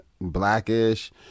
Blackish